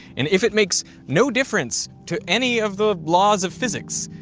and if it makes no difference to any of the laws of physics,